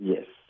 Yes